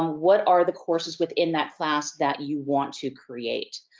um what are the courses within that class that you want to create?